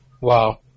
Wow